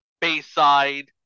Bayside